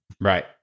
Right